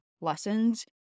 lessons